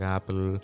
Apple